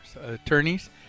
Attorneys